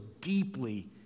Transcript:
deeply